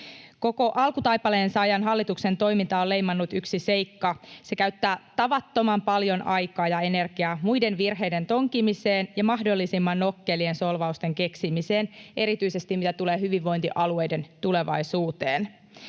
Koko alkutaipaleensa ajan hallituksen toimintaa on leimannut yksi seikka: se käyttää tavattoman paljon aikaa ja energiaa muiden virheiden tonkimiseen ja mahdollisimman nokkelien solvausten keksimiseen, erityisesti mitä tulee hyvinvointialueiden tulevaisuuteen.